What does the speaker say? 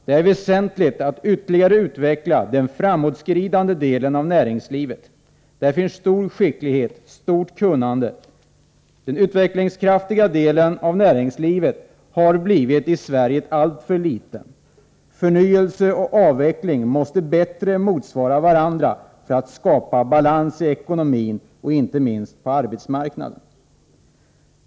Det är väsentligt att ytterligare utveckla den framåtskridande delen av näringslivet. Där finns stor skicklighet och stort kunnande. Den utvecklingskraftiga delen av näringslivet har emellertid blivit alltför liten i Sverige. Förnyelse och avveckling måste bättre motsvara varandra för att skapa balans i ekonomin och inte minst på arbetsmarknaden.